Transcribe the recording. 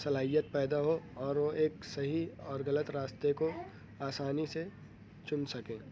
صلاحیت پیدا ہو اور وہ ایک صحیح اور غلط راستہ کو آسانی سے چن سکیں